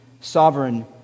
sovereign